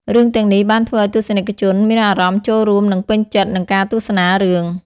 រឿងទាំងនេះបានធ្វើឲ្យទស្សនិកជនមានអារម្មណ៍ចូលរួមនិងពេញចិត្តនឹងការទស្សនារឿង។